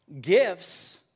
gifts